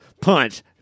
punch